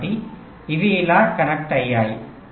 కాబట్టి ఇవి ఇలా కనెక్ట్ అయ్యాయి